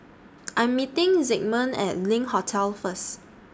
I Am meeting Zigmund At LINK Hotel First